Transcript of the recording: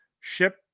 ship